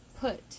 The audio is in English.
put